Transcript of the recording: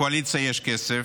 לקואליציה יש כסף,